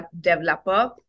developer